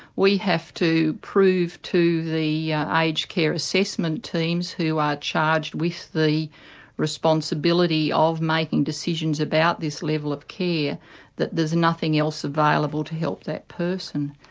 we have to prove to the yeah aged care assessment teams who are charged with the responsibility of making decisions about this level of care that there's nothing else available to help that person.